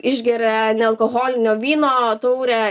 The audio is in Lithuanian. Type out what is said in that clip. išgeria nealkoholinio vyno taurę